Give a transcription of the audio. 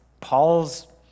Paul's